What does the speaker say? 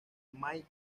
may